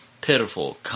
Pitiful